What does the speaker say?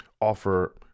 offer